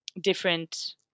different